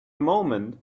moment